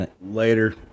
Later